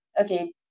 okay